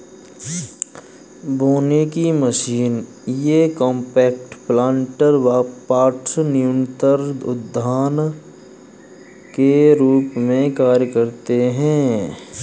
बोने की मशीन ये कॉम्पैक्ट प्लांटर पॉट्स न्यूनतर उद्यान के रूप में कार्य करते है